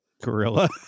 gorilla